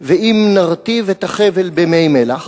ואם נרטיב את החבל במי מלח,